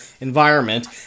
environment